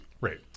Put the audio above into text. Right